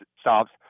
stops